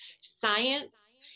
science